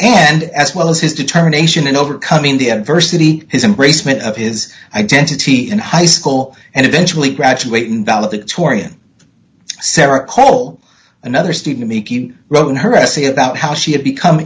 and as well as his determination in overcoming the adversity his embracement of his identity in high school and eventually graduating valedictorian sarah call another student miki wrote in her essay about how she had become